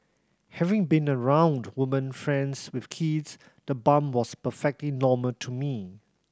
having been around women friends with kids the bump was perfectly normal to me